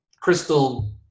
crystal